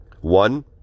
one